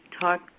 talk